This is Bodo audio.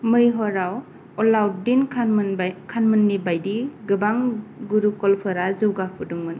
मैहरआव अलाउद्दीन खानमोननि बायदि गोबां गुरुकुलफोरा जौगाफुदों मोन